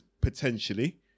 Potentially